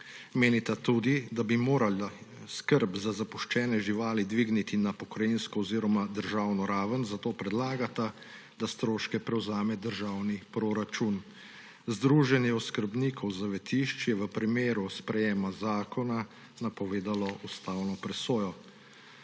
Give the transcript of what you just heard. Menita tudi, da bi se morala skrb za zapuščene živali dvigniti na pokrajinsko oziroma državno raven, zato predlagata, da stroške prevzame državni proračun. Združenje oskrbnikov zavetišč je v primeru sprejetja zakona napovedalo ustavno presojo.